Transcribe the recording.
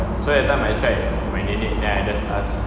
so that time I tried my nenek then I just ask